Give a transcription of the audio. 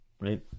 right